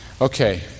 Okay